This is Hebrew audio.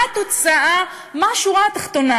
מה השורה התחתונה